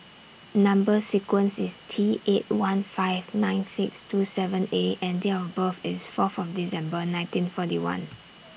Number sequence IS T eight one five nine six two seven A and Date of birth IS four of December nineteen forty one